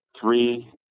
Three